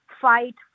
fight